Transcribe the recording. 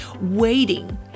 waiting